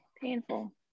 painful